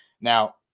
now